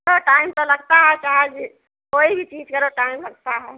तो टाइम तो लगता है चाहे जी कोई भी चीज करो टाइम लगता है